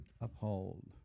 Uphold